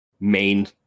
main